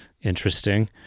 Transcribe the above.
interesting